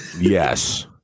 Yes